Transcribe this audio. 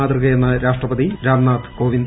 മാതൃകയെന്ന് രാഷ്ട്രപതി രാംനാഥ് കോവിന്ദ്